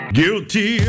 guilty